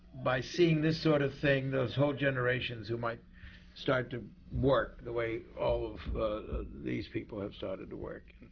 by seeing this sort of thing, there's whole generations who might start to work the way all of these people have started to work.